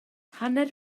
hanner